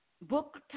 book